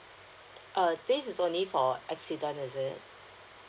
uh this is only for accident is it